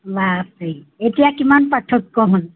বাপৰে এতিয়া কিমান পাৰ্থক্য় হ'ল